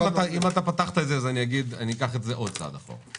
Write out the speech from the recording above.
אם פתחת את זה, אני אקח את זה עוד צעד אחורה.